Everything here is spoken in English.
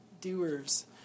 doers